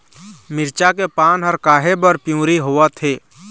मिरचा के पान हर काहे बर पिवरी होवथे?